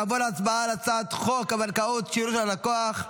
נעבור להצבעה על הצעת חוק הבנקאות (שירות ללקוח)